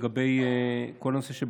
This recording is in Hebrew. בכל הנושא,